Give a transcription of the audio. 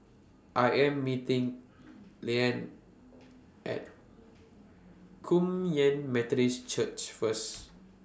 I Am meeting Layne At Kum Yan Methodist Church First